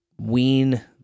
wean